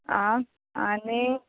आं आनी